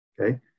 Okay